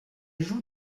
joue